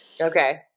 Okay